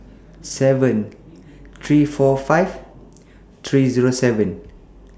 seven three four five three Zero seven